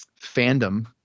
fandom